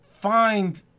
find